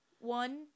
one